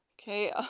Okay